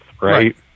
Right